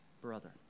brother